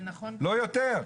לא יותר.